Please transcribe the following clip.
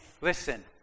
listen